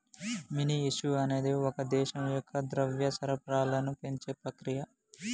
money issue అనేది ఒక దేశం యొక్క ద్రవ్య సరఫరాను పెంచే ప్రక్రియ